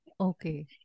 okay